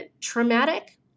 traumatic